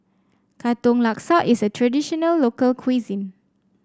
Katong Laksa is a traditional local cuisine